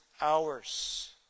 hours